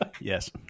Yes